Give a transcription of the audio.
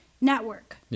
network